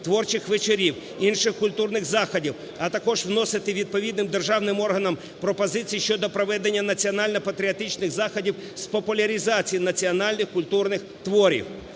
творчих вечорів, інших культурних заходів, а також вносити відповідним державним органам пропозиції щодо проведення національно-патріотичних заходів з популяризації національних культурних творів".